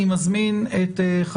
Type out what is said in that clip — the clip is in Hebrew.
אני מזמין אותך,